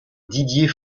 didier